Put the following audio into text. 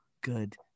good